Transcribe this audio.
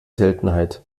seltenheit